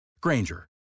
Granger